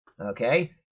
Okay